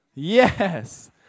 Yes